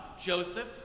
Joseph